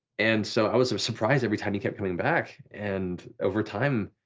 and so i was surprised every time he kept coming back. and over time